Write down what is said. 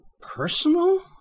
personal